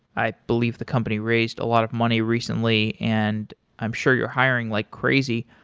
i believe the company raised a lot of money recently, and i'm sure you're hiring like crazy.